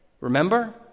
Remember